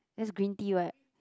that's green tea what